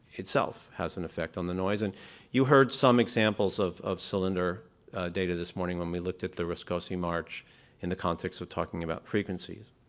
itself, has an effect on the noise. and you heard some examples of of cylinder data this morning when we looked at the riscossi march in the context of talking about frequencies.